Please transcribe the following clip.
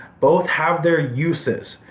both have their uses.